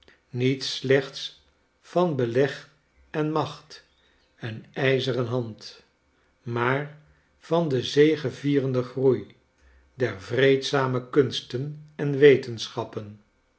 niet slechts van beleg en macht en uzeren hand maar van denzegevierenden groei der vreedzame kunsten en wetenschappen